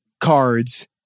cards